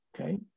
okay